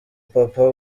papa